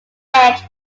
edge